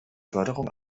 förderung